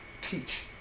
teach